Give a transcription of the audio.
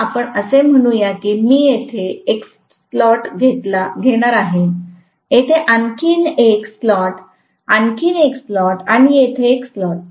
तर आपण असे म्हणूया की मी येथे एक स्लॉट घेणार आहे येथे आणखी एक स्लॉट आणखी एक स्लॉट आणि येथे आणखी एक स्लॉट